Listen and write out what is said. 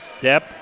Depp